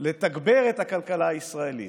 לתגבר את הכלכלה הישראלית,